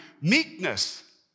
meekness